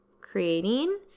creating